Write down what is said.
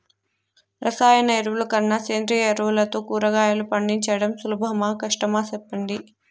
రసాయన ఎరువుల కన్నా సేంద్రియ ఎరువులతో కూరగాయలు పండించడం సులభమా కష్టమా సెప్పండి